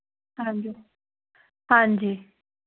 ਹਾਂਜੀ ਹਾਂਜੀ